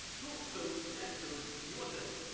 cool so yeah, so you want this,